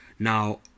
Now